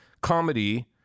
comedy